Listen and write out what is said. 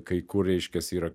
kai kur reiškias yra